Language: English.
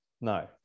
No